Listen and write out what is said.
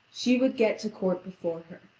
she would get to court before her.